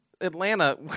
Atlanta